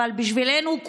אבל בשבילנו,